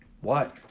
What